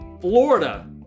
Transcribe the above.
Florida